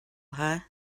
her